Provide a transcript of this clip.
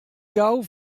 gau